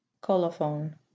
Colophon